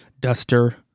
duster